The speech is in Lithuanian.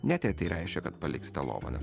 nes tai reiškia kad paliks tą dovaną